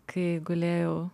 kai gulėjau